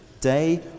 day